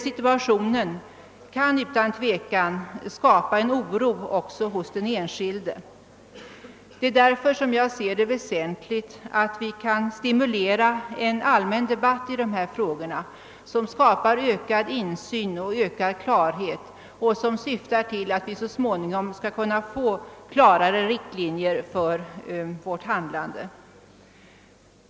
Situationen kan åstadkomma oro också hos den enskilde. Det är därför som jag ser det väsentligt att vi kan stimulera en allmän debatt i de här frågorna som skapar ökad insyn och ökad klarhet och som syftar till att vi så småningom skall kunna få klarare riktlinjer för vårt handlande.